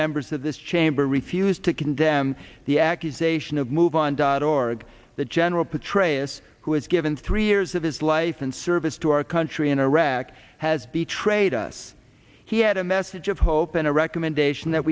members of this chamber refuse to condemn the accusation of move on dot org that general petraeus who has given three years of his life in service to our country in iraq has betrayed us he had a message of hope and a recommendation that